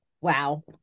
Wow